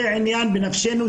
זה עניין שהוא בנפשנו,